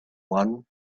one